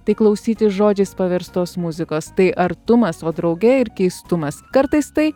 tai klausytis žodžiais paverstos muzikos tai artumas o drauge ir keistumas kartais tai